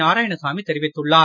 நாராயணசாமி தெரிவித்துள்ளார்